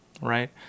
right